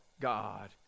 God